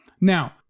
Now